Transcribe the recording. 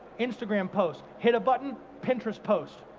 instagram post, hit a button, pinterest post.